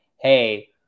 Hey